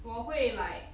我会 like